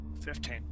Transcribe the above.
Fifteen